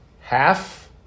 Half